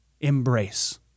embrace